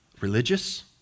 religious